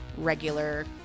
regular